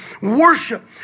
Worship